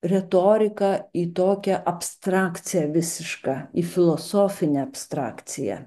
retoriką į tokią abstrakciją visišką į filosofinę abstrakciją